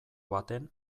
baten